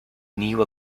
knew